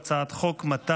אני גם הצבעתי עבור עידן רול.